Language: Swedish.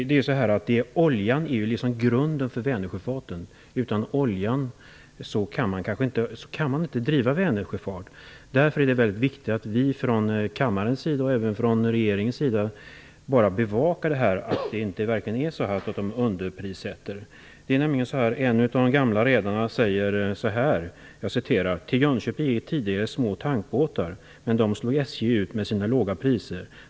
Herr talman! Oljan är liksom grunden för vänersjöfarten. Utan oljan kan man inte driva vänersjöfart. Därför är det mycket viktigt att vi från kammarens sida och även från regeringens sida bevakar att det verkligen inte är så att SJ En av de gamla redarna säger så här: Till Jönköping gick tidigare små tankbåtar. Men dem slog SJ ut med sina låga priser.